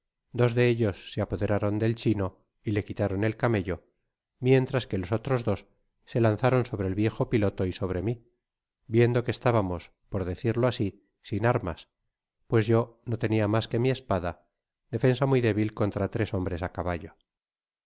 dos de ellos se apoderaron del chino y le quitaron el camello mientras que los otros tres se lanzaron sobre el viejo pilote y sobre mi viendo que estabamos por decirlo asi sin armas pues yo no tenia mas que mi espada defensa muy débil contra tres hombres á caballo